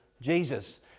jesus